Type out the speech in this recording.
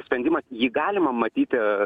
sprendimas jį galima matyti